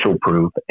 proof